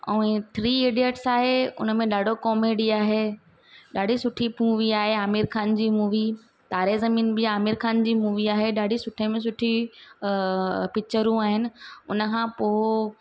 ऐं ईअं three idiots आहे उनमें ॾाढो कॉमेडी आहे ॾाढी सुठी मूवी आहे आमिर खान जी मूवी तारे ज़मीन बि आमिर खान जी मूवी आहे ॾाढी सुठे में सुठी पिकिचरूं आहिनि उनखां पोइ